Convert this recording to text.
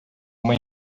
uma